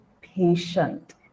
patient